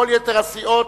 ולכל יתר הסיעות,